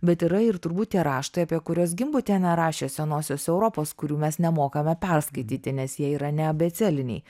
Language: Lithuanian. bet yra ir turbūt tie raštai apie kuriuos gimbutienė rašė senosios europos kurių mes nemokame perskaityti nes jie yra ne abėcėliniai